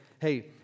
hey